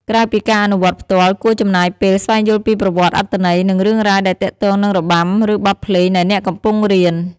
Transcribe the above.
ក្រៅពីការអនុវត្តផ្ទាល់ គួរចំណាយពេល ស្វែងយល់ពីប្រវត្តិ អត្ថន័យ និងរឿងរ៉ាវដែលទាក់ទងនឹងរបាំ ឬបទភ្លេងដែលអ្នកកំពុងរៀន។